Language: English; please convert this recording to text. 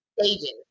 stages